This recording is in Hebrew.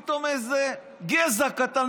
ופתאום איזה גזע קטן,